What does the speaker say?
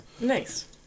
Nice